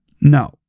No